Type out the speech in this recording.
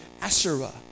Asherah